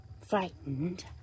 frightened